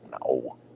No